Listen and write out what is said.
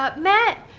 but matt?